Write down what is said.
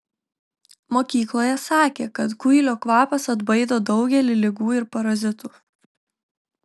mokykloje sakė kad kuilio kvapas atbaido daugelį ligų ir parazitų